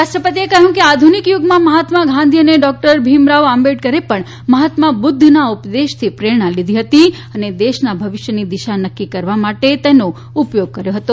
રાષ્ટ્રપતિએ કહ્યું કે આધુનિક યુગમાં મહાત્મા ગાંધી અને ડોક્ટર ભીમરાવ આંબેડકરે પણ મહાત્મા બુદ્ધના ઉપદેશથી પ્રેરણા લીધી હતી અને દેશના ભવિષ્યની દિશા નક્કી કરવા માટે તેનો ઉપયોગ કર્યો હતો